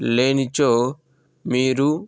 లేనిచో మీరు